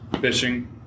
fishing